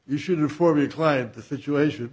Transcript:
you should reform your client the situation